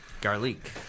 garlic